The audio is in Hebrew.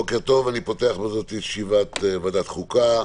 בוקר טוב, אני פותח בזאת את ישיבת ועדת החוקה.